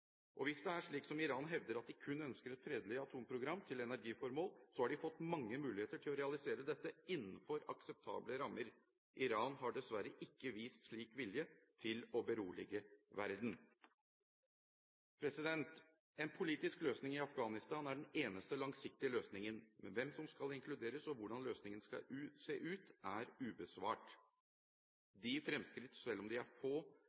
atomprogram. Hvis det er slik som Iran hevder, at de kun ønsker et fredelig atomprogram til energiformål, har de fått mange muligheter til å realisere dette innenfor akseptable rammer. Iran har dessverre ikke vist slik vilje til å berolige verden. En politisk løsning i Afghanistan er den eneste langsiktige løsningen, men hvem som skal inkluderes, og hvordan løsningen skal se ut, er ubesvart. De fremskritt, selv om de er få,